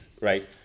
right